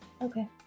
Okay